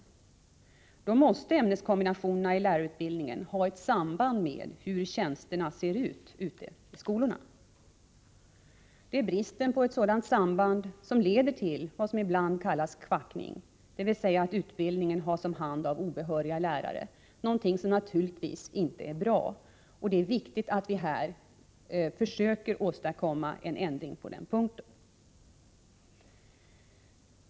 Då måste ämneskombinationerna i lärarutbildningen ha ett samband med hur tjänsterna ser ut ute i skolorna. Det är bristen på ett sådant samband som leder till vad som ibland kallas ”kvackning”', det vill säga att utbildningen has om hand av obehöriga lärare, någonting som naturligtvis inte är bra. Det är viktigt att vi försöker åstadkomma en ändring på den punkten.